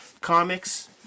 comics